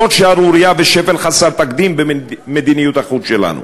זאת שערורייה, ושפל חסר תקדים במדיניות החוץ שלנו.